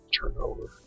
turnover